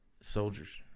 soldiers